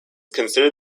considered